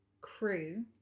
crew